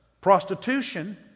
prostitution